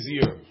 easier